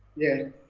yeah.